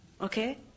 Okay